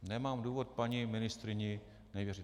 Nemám důvodu paní ministryni nevěřit.